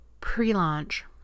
pre-launch